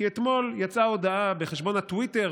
כי אתמול יצאה הודעה בחשבון הטוויטר